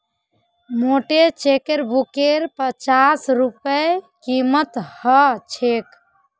मोटे चेकबुकेर पच्चास रूपए कीमत ह छेक